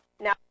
Now